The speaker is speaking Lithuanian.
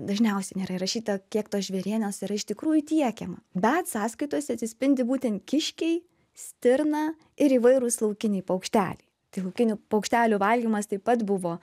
dažniausiai nėra įrašyta kiek tos žvėrienės yra iš tikrųjų tiekiama bet sąskaitose atsispindi būtent kiškiai stirna ir įvairūs laukiniai paukšteliai tai laukinių paukštelių valgymas taip pat buvo